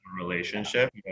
relationship